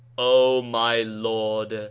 o my lord!